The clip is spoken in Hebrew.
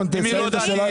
הרוצחים.